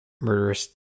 murderous